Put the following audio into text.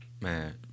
Man